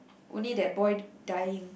only that boy dying